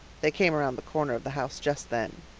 they came around the corner of the house just then.